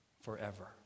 forever